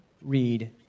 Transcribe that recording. read